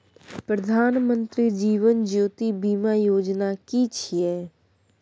प्रधानमंत्री जीवन ज्योति बीमा योजना कि छिए?